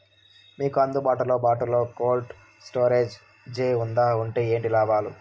మీకు అందుబాటులో బాటులో కోల్డ్ స్టోరేజ్ జే వుందా వుంటే ఏంటి లాభాలు?